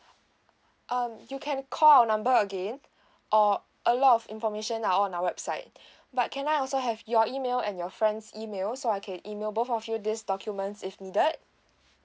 um you can call our number again or a lot of information are on our website but can I also have your email and your friend's email so I can email both of you this documents if needed